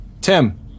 Tim